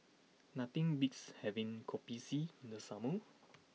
nothing beats having Kopi C in the Summer